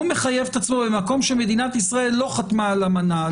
הוא מחייב את עצמו במקום שמדינת ישראל לא חתמה על אמנה,